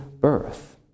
birth